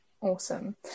Awesome